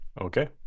Okay